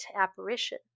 apparition